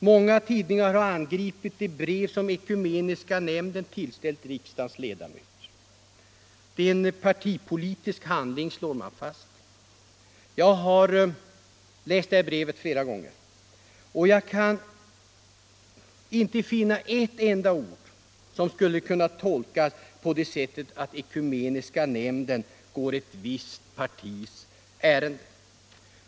Många tidningar har angripit det brev som Ekumeniska nämnden tillställt riksdagens ledamöter. Det är en partipolitisk handling, slår man fast. Jag har läst det här brevet flera gånger och jag kan inte finna ett enda ord däri som skulle kunna tolkas på det sättet att Ekumeniska nämnden går ett visst partis ärenden.